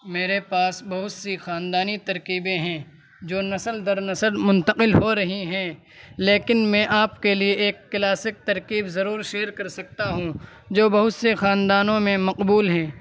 میرے پاس بہت سی خاندانی ترکیبیں ہیں جو نسل در نسل منتقل ہو رہی ہیں لیکن میں آپ کے لیے ایک کلاسک ترکیب ضرور شیئر کر سکتا ہوں جو بہت سے خاندانوں میں مقبول ہیں